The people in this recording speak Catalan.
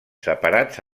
separats